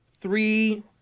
three